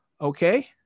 Okay